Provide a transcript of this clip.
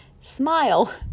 smile